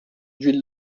d’huile